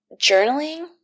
journaling